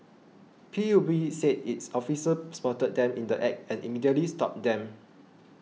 P U B said its officers spotted them in the Act and immediately stopped them